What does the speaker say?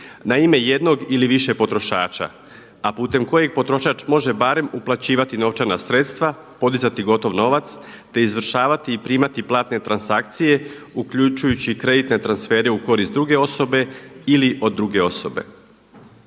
na ime jednog ili više potrošača a putem kojeg potrošač može barem uplaćivati novčana sredstva, podizati gotov novac te izvršavati i primati platne transakcije uključujući i kreditne transfere u korist druge osobe ili od druge osobe.